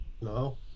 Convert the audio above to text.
No